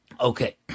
Okay